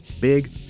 big